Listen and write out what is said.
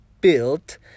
built